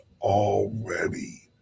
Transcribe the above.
already